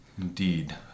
indeed